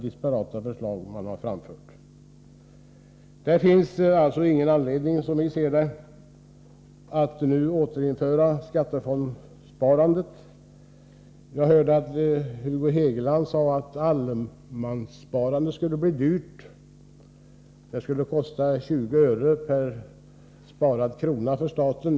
I övrigt har de borgerliga partierna framfört mer disparata förslag. Jag hörde att Hugo Hegeland sade att allemanssparandet kommer att bli dyrt. Det skulle kosta staten 20 öre per sparad krona.